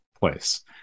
place